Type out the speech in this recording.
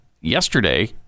yesterday